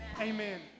amen